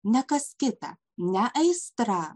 ne kas kita ne aistra